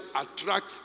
attract